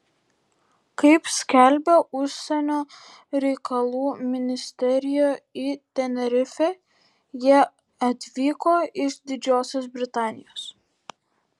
kaip skelbia užsienio reikalų ministerija į tenerifę jie atvyko iš didžiosios britanijos